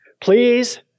Please